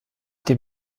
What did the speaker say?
dem